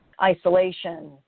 Isolation